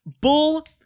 Bull